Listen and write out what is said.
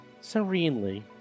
serenely